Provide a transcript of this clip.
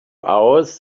hours